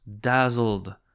dazzled